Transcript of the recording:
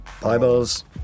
Bibles